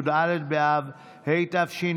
י"ד באב התשפ"א,